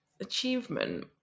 achievement